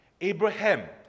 abraham